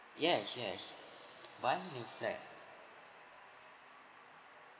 yes yes one new flat